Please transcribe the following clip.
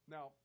Now